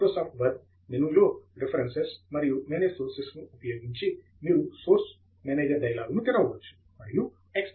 Microsoft Word మెనులో references మరియు manage sources ఉపయోగించి మీరు సోర్స్ మేనేజర్ డైలాగ్ను తెరవవచ్చు మరియు ఎక్స్